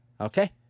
okay